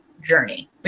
journey